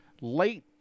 late